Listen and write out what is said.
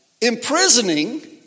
imprisoning